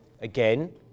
again